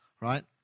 right